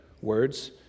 words